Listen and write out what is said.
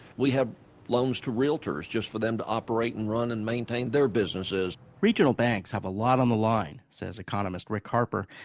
we have loans to realtors just for them to operate and run and maintain their businesses regional banks have a lot on the line, says economist rick harper.